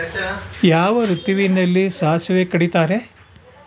ಯಾವ ಋತುವಿನಲ್ಲಿ ಸಾಸಿವೆ ಕಡಿತಾರೆ?